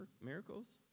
miracles